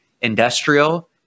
industrial